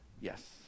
yes